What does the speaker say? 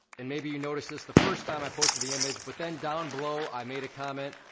and maybe you noticed this the first time i posted the image, but then down below, i made a comment,